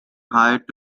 hired